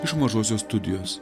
iš mažosios studijos